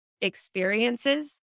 experiences